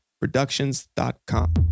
productions.com